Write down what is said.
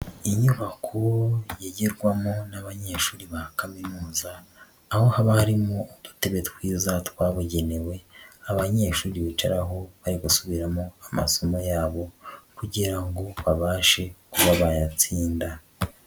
Inyubako yigirwarwamo n'abanyeshuri ba Kaminuza, aho haba harimo udutebe twiza twabugenewe abanyeshuri bicaraho bari gusubiramo amasomo yabo kugira ngo babashe kuba bayatsinda.